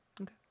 Okay